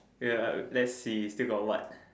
wait ah let's see still got what